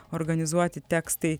organizuoti tekstai